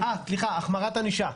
גם החמרת ענישה.